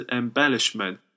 embellishment